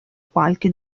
qualche